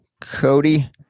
cody